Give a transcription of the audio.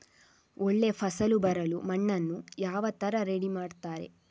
ಒಳ್ಳೆ ಫಸಲು ಬರಲು ಮಣ್ಣನ್ನು ಯಾವ ತರ ರೆಡಿ ಮಾಡ್ತಾರೆ?